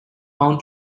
bound